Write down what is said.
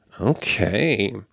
Okay